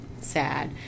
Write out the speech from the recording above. sad